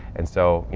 and so, you